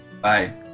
Bye